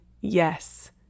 yes